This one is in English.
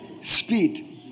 Speed